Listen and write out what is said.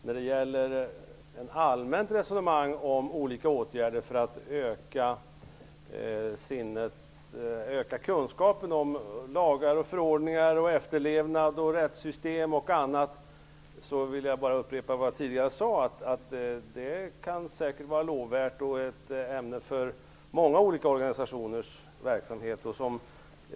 När det gäller ett allmänt resonemang om åtgärder som kan vidtas för att öka kunskapen om lagar och förordningar, om efterlevnad, rättssystem och annat vill jag bara upprepa vad jag sade tidigare: Det är säkert lovvärt och kan göras till föremål för många olika organisationers verksamhet.